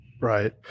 Right